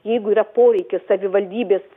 jeigu yra poreikis savivaldybės